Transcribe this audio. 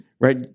Right